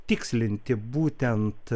tikslinti būtent